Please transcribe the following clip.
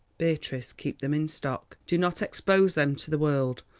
beatrice, keep them in stock do not expose them to the world.